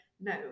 no